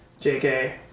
JK